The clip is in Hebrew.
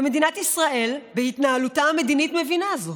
מדינת ישראל בהתנהלותה המדינית מבינה זאת.